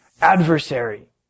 adversary